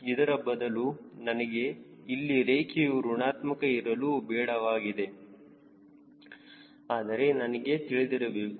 ಇದರ ಬದಲು ನನಗೆ ಇಲ್ಲಿ ರೇಖೆಯು ಋಣಾತ್ಮಕ ಇರಲು ಬೇಡವಾಗಿದೆ ಆದರೆ ನನಗೆ ತಿಳಿದಿರಬೇಕು